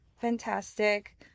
fantastic